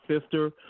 sister